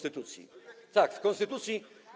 Tak, w konstytucji.